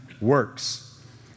works